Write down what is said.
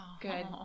Good